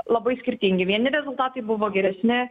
labai skirtingi vieni rezultatai buvo geresni